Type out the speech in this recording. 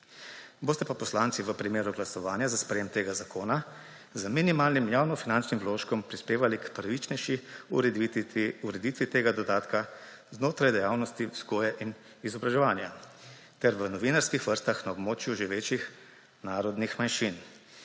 Boste pa poslanci v primeru glasovanja za sprejem tega zakona z minimalnim javnofinančnim vložkom prispevali k pravičnejši ureditvi tega dodatka znotraj dejavnosti vzgoje in izobraževanja ter v novinarskih vrstah na območju živečih narodnih manjšin,